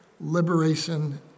liberation